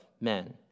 men